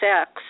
sex